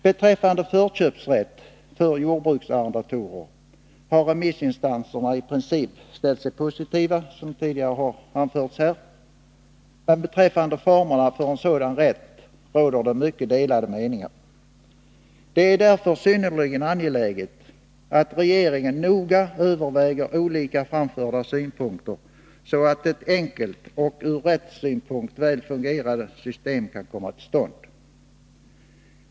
Beträffande förköpsrätt för jordbruksarrendatorer har remissinstanserna, som tidigare anförts, i princip ställt sig positiva, men beträffande formerna för en sådan rätt råder det mycket delade meningar. Det är därför synnerligen angeläget att regeringen noga överväger olika framförda synpunkter, så att ett enkelt och från rättssynpunkt väl fungerande system kan komma till stånd.